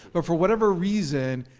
but for whatever reason,